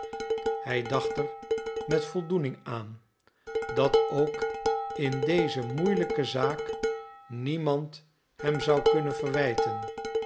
hij dacht er met voldoening aan dat ook in deze moeielijke zaak niemand hem zou kunnen verwijten